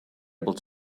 able